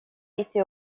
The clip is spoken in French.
été